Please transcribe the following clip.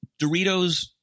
Doritos –